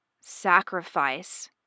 sacrifice